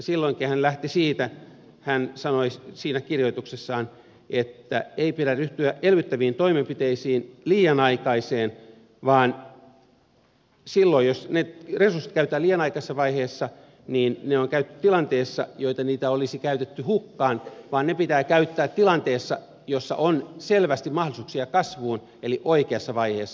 silloinkin hän lähti siitä hän sanoi siinä kirjoituksessaan että ei pidä ryhtyä elvyttäviin toimenpiteisiin liian aikaisin eli silloin jos ne resurssit käytetään liian aikaisessa vaiheessa ne on käytetty tilanteessa jossa ne olisi käytetty hukkaan vaan ne pitää käyttää tilanteessa jossa on selvästi mahdollisuuksia kasvuun eli oikeassa vaiheessa